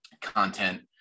content